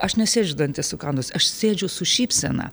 aš nesėdžiu dantis sukandus aš sėdžiu su šypsena